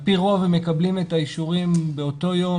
על פי רוב הם מקבלים את האישורים באותו יום,